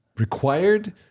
Required